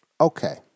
Okay